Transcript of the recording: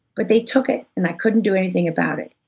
but they took it and i couldn't do anything about it.